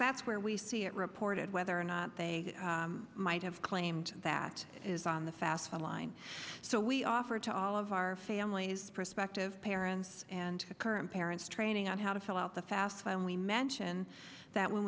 that's where we see it reported whether or not they might have claimed that is on the fast online so we offer to all of our families prospective parents and current parents training on how to fill out the fafsa only mention that when